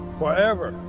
forever